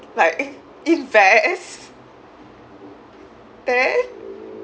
like invest then